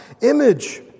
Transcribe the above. image